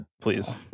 Please